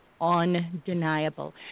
undeniable